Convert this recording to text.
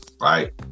right